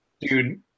Dude